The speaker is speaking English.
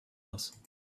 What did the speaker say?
else